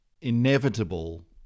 inevitable